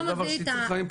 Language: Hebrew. זה דבר שהציל חיים.